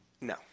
No